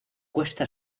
cuesta